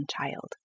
child